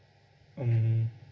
um